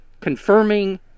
confirming